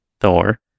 Thor